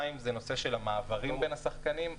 2. הנושא של המעברים בין השחקים.